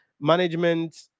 management